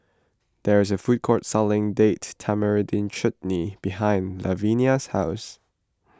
there is a food court selling Date Tamarind Chutney behind Lavenia's house